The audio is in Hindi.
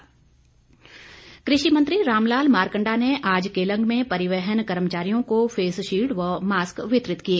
मारकंडा कृषि मंत्री रामलाल मारकंडा ने आज केलंग में परिवहन कर्मचारियों को फेस शील्ड व मास्क वितरित किए